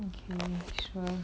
true